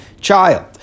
child